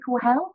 health